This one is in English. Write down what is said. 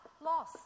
loss